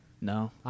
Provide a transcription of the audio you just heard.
No